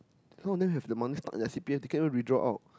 some of them have the money stuck in their C_P_F they can't even withdraw out